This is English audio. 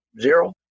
zero